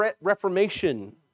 Reformation